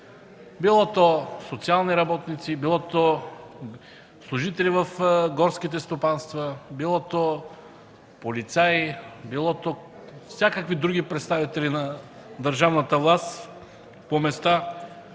било то социални работници, било служители в горските стопанства, било полицаи, било всякакви други представители на държавната власт по места.